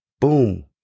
boom